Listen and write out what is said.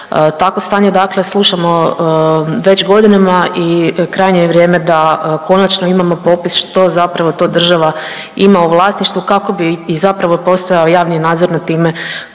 Takvo stanje dakle slušamo već godinama i krajnje je vrijeme da konačno imamo popis što zapravo to država ima u vlasništvu kako bi i zapravo postojao javni nadzor nad time